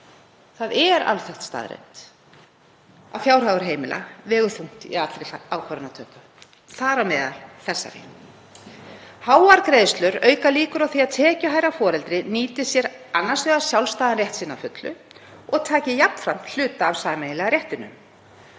Það er alþekkt staðreynd að fjárhagur heimila vegur þungt í allri ákvarðanatöku, þar á meðal þessari. Háar greiðslur auka líkur á því að tekjuhærra foreldrið nýti sér sjálfstæðan rétt sinn að fullu og taki jafnframt hluta af sameiginlega réttinum.